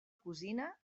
cosina